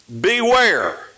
Beware